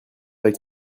avec